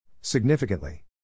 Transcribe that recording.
Significantly